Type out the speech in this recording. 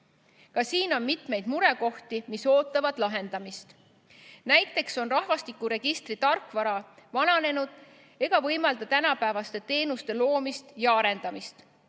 Ka siin on mitmeid murekohti, mis ootavad lahendamist. Näiteks on rahvastikuregistri tarkvara vananenud ega võimalda tänapäevaste teenuste loomist ja arendamist.